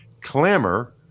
clamor